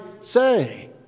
say